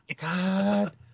God